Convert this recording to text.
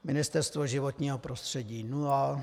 Ministerstvo životního prostředí nula.